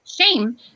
shame